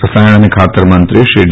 રસાયણ અને ખાતરમંત્રીશ્રી ડી